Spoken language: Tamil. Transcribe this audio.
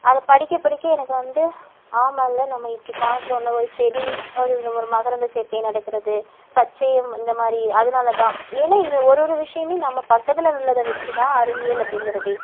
அதைப்படிக்க படிக்க எனக்கு வந்து ஆமால்ல நம்ம இப்படி பார்க்குறோம்ல ஒரு செடி அதில் ஒரு மகரந்த சேர்க்கை நடக்கிறது பச்சையம் இந்தமாதிரி அதனாலதான் ஏன்னா இந்த ஒரு ஒரு விஷயமே நம்ம பக்கத்தில் உள்ளதை வச்சுதான் அறிவியல் அப்படிங்கிறதே